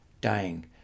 dying